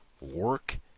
...work